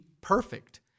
perfect